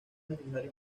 necesario